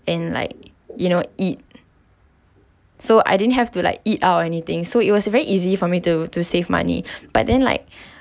and like you know eat so I didn't have to like eat out or anything so it was very easy for me to to save money but then like